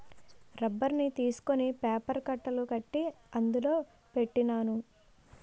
రబ్బర్ని తీసుకొని పేపర్ కట్టలు కట్టి అందులో పెట్టినాను